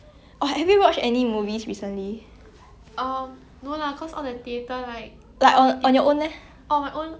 orh